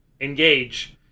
engage